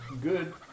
good